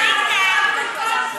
צריך להתבייש.